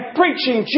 preaching